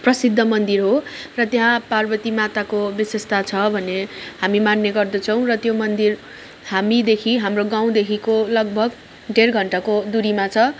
प्रसिद्ध मन्दिर हो र त्यहाँ पार्वती माताको विशेषता छ भन्ने हामी मान्ने गर्दछौँ र त्यो मन्दिर हामीदेखि हाम्रो गाउँदेखिको लगभग ढेड घण्टाको दुरीमा छ